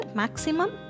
maximum